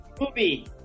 Movie